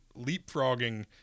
leapfrogging